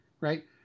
right